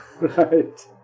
right